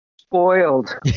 spoiled